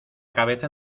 cabeza